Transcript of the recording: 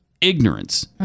ignorance